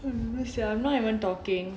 I'm not even talking